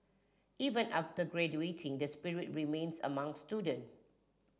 even after graduating that spirit remains among student